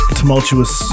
tumultuous